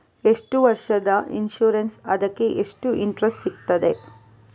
ಎಷ್ಟು ವರ್ಷದ ಇನ್ಸೂರೆನ್ಸ್ ಅದಕ್ಕೆ ಎಷ್ಟು ಇಂಟ್ರೆಸ್ಟ್ ಸಿಗುತ್ತದೆ?